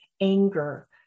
anger